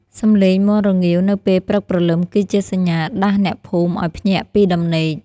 សំឡេងមាន់រងាវនៅពេលព្រឹកព្រលឹម គឺជាសញ្ញាដាស់អ្នកភូមិឱ្យភ្ញាក់ពីដំណេក។